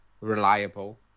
reliable